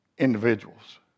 individuals